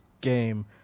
game